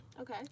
Okay